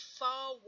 far